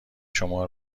شما